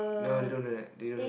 no they don't do that they don't know